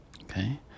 okay